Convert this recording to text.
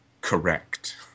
correct